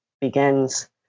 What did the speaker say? begins